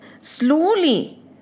Slowly